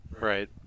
Right